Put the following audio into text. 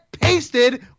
pasted